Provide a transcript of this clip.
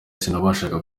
sinabashaga